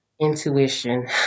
intuition